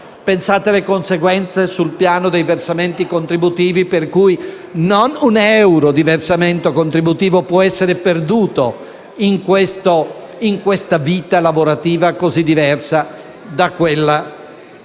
Pensate alle conseguenze sul piano dei versamenti contributivi, per cui non un euro di versamento contributivo può essere perduto in questa vita lavorativa così diversa da quella che abbiamo